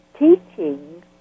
teaching